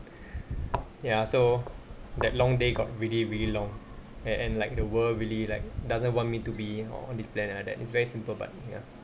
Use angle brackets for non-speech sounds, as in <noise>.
<breath> ya so that long day got really really long and and like the world really like doesn't want me to be on on this planet like that it's very simple but ya